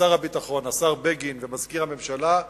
שר הביטחון, השר בגין ומזכיר הממשלה,